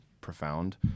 profound